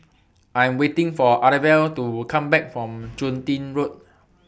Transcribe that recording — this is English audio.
I Am waiting For Arvel to Come Back from Chun Tin Road